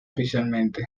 oficialmente